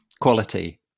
quality